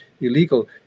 illegal